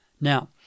Now